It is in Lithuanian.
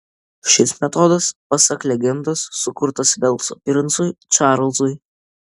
šis metodas pasak legendos sukurtas velso princui čarlzui